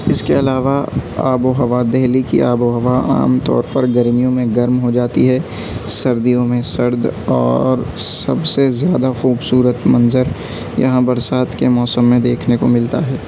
اس کے علاوہ آب و ہوا دہلی کی آب و ہوا عام طور پر گرمیوں میں گرم ہو جاتی ہے سردیوں میں سرد اور سب سے زیادہ خوبصورت منظر یہاں برسات کے موسم میں دیکھنے کو ملتا ہے